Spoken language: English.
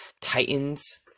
Titans